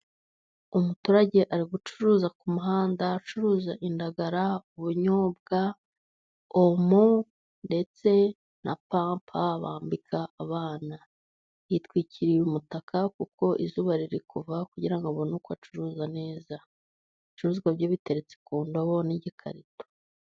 Umuturage ari gucuruza ku muhanda; acuruza indagara, ubunyobwa, omo ndetse na pampa bambika abana yitwikiriye umutaka kuko izuba riri kuva, kugira abone uko acuruza neza, ibicuruzwa bye biteretse ku ndobo n' igikarito.